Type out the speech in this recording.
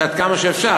שעד כמה שאפשר,